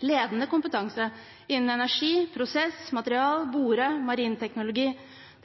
ledende kompetanse innen energi og prosess, material-, bore- og marinteknologi.